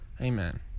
Amen